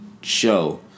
show